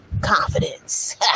confidence